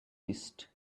east